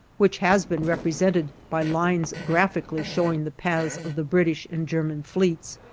which has been represented by lines graphically showing the paths of the british and german fleets,